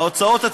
ההוצאות,